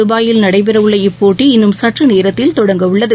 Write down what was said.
துபாயில் நடைபெறவுள்ள இப்போட்டி இன்னும் சற்று நேரத்தில் தொடங்க உள்ளது